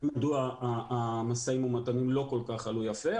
מדוע המשאים ומתנים לא כל כך עלו יפה.